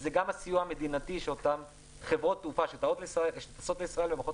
זה גם הסיוע המדינתי שאותן חברות תעופה שטסות לישראל ומוכרות